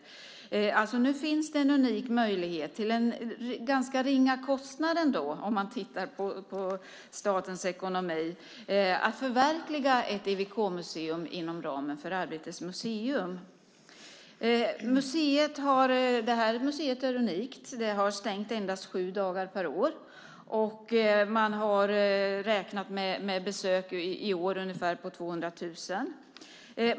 Nu finns det alltså en unik möjlighet att till en ganska ringa kostnad - om man tittar på statens ekonomi i stort - förverkliga ett EWK-museum inom ramen för Arbetets museum. Det museet är unikt. Det har stängt endast sju dagar per år och räknar i år med drygt 200 000 besökare.